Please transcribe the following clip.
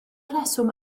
rheswm